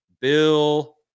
bill